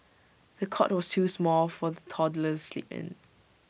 the cot was too small for the toddler to sleep in